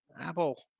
Apple